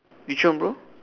which one bro